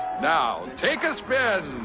now, take a spin.